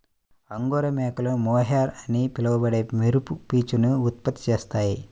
angora మేకలు mohair అని పిలువబడే మెరుపు పీచును ఉత్పత్తి చేస్తాయి